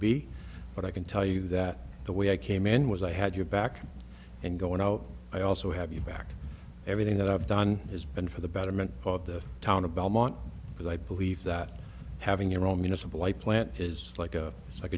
be but i can tell you that the way i came in was i had your back and going out i also have you back everything that i've done has been for the betterment of the town of belmont because i believe that having your own municipal i plant is like a